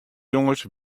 jonges